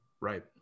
Right